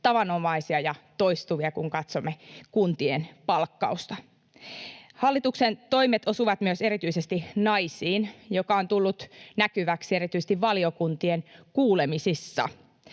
tavanomaisia ja toistuvia, kun katsomme kuntien palkkausta. Hallituksen toimet osuvat myös erityisesti naisiin, mikä on tullut näkyväksi erityisesti valiokuntien kuulemisissa,